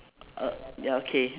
err ya okay